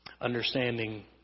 understanding